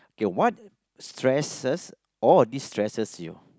what stresses or destresses you